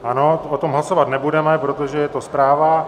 Ano, o tom hlasovat nebudeme, protože je to zpráva.